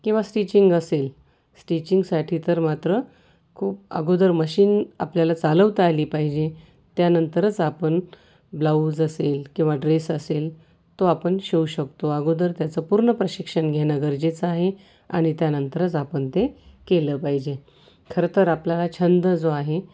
किंवा स्टिचिंग असेल स्टिचिंगसाठी तर मात्र खूप अगोदर मशीन आपल्याला चालवता आली पाहिजे त्यानंतरच आपण ब्लाऊज असेल किंवा ड्रेस असेल तो आपण शिवू शकतो अगोदर त्याचं पूर्ण प्रशिक्षण घेणं गरजेचं आहे आणि त्यानंतरच आपण ते केलं पाहिजे खरंंतर आपला हा छंद जो आहे